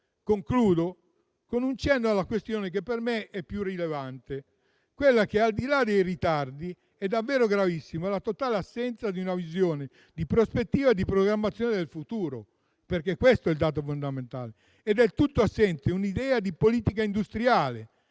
Concludo con un cenno alla questione che per me è più rilevante, quella che, al di là dei ritardi, è davvero gravissima: la totale assenza di una visione di prospettiva e di programmazione del futuro. Questo è il dato fondamentale: è del tutto assente un'idea di politica industriale.